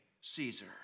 Caesar